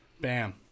bam